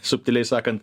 subtiliai sakant